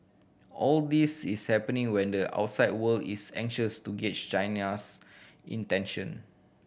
all this is happening when the outside world is anxious to gauge China's intention